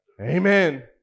Amen